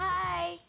Hi